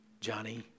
Johnny